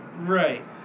Right